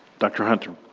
dr. hunter.